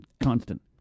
constant